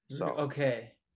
okay